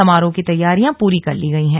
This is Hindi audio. समारोह की तैयारियां पूरी कर ली गई है